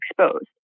exposed